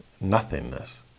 nothingness